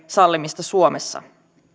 sallimista suomessa